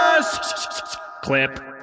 clip